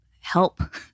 help